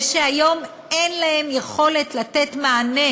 ושהיום אין להן יכולת לתת מענה,